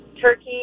turkey